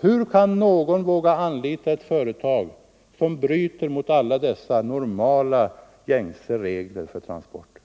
Hur kan någon 91 våga anlita ett företag som bryter mot alla dessa normala, gängse regler för transport?